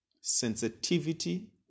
sensitivity